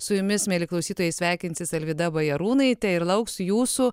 su jumis mieli klausytojai sveikinsis alvyda bajarūnaitė ir lauks jūsų